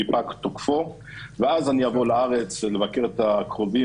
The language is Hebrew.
אי אפשר להמשיך ולעצור בן-אדם אחרי 24 שעות מבלי שהוא יהיה מיוצג.